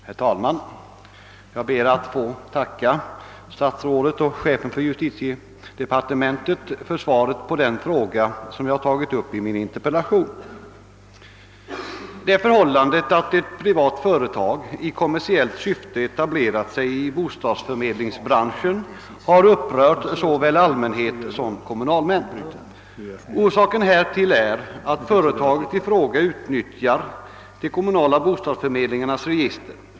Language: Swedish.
Herr talman! Jag ber att få tacka statsrådet och chefen för justitiedepartementet för svaret på den fråga som jag rest i min interpellation. Det förhållandet att ett privat företag i kommersiellt syfte etablerat sig i bostadsförmedlingsbranschen har upp rört såväl allmänhet som kommunalmän. Orsaken är att företaget i fråga utnyttjat de kommunala bostadsförmedlingarnas register.